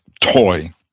toy